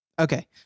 okay